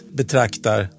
betraktar